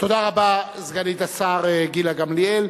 תודה רבה, סגנית השר גילה גמליאל.